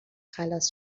خلاص